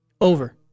Over